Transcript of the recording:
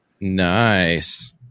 Nice